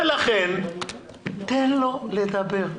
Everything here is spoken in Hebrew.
ולכן תן לו לדבר.